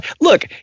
look